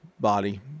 body